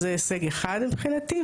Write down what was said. זה הישג אחד מבחינתי.